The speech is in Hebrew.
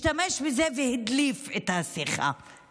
השתמש בזה והדליף את השיחה,